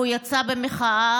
והוא יצא במחאה,